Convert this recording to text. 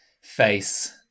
face